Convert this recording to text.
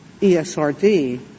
ESRD